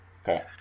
Okay